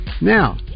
Now